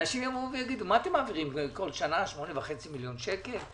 אנשים יגידו: מה אתם מעבירים בכל שנה 8.5 מיליון שקל?